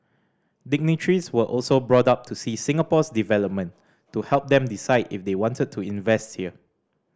dignitaries were also brought up to see Singapore's development to help them decide if they wanted to invest here